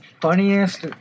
funniest